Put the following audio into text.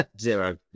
Zero